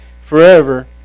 forever